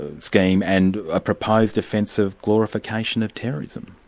and scheme and a proposed offence of glorification of terrorism.